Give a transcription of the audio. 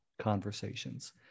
conversations